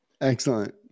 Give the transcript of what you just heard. Excellent